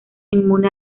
inmune